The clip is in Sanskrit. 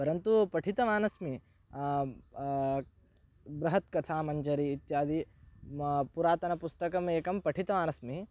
परन्तु पठितवान् अस्मि बृहत् कथामञ्जरी इत्यादि पुरातनपुस्तकमेकं पठितवान् अस्मि